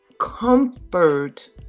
comfort